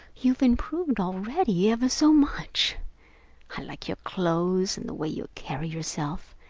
you've improved already, ever so much. i like your clothes and the way you carry yourself.